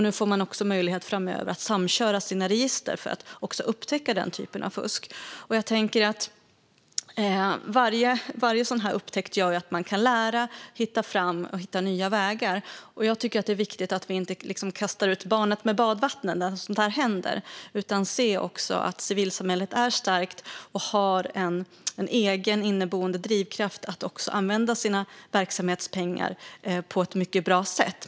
Nu får de möjlighet att framöver samköra sina register för att upptäcka den typen av fusk. Varje sådan här upptäckt gör ju att man kan lära, hitta fram och hitta nya vägar. Jag tycker att det är viktigt att vi inte kastar ut barnet med badvattnet när sådant här händer utan ser att civilsamhället är starkt och har en egen inneboende drivkraft att använda sina verksamhetspengar på ett mycket bra sätt.